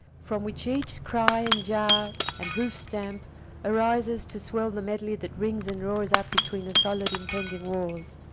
from which each cry and jar and hoof-stamp arises to swell the medley that rings and roars up between the solid impending walls.